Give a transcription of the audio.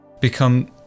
become